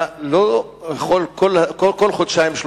אתה לא יכול בכל חודשיים-שלושה,